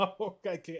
Okay